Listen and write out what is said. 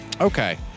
okay